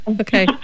Okay